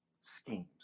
schemes